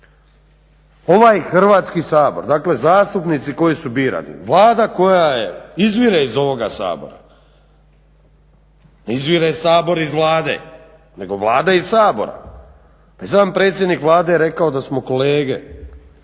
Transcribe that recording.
Ovaj Hrvatski sabor dakle zastupnici koji su birani, Vlada koja izvire iz ovoga Sabora. Ne izvire Sabor iz Vlade, nego Vlada iz Sabora. Pa i sam predsjednik Vlade je rekao da smo kolege,